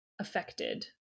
affected